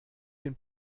den